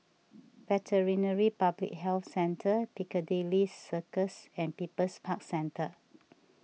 Veterinary Public Health Centre Piccadilly Circus and People's Park Centre